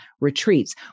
retreats